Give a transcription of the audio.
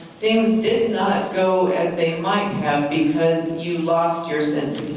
things did not go as they might have because you lost your sense